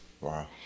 Wow